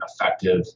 effective